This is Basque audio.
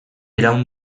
iraun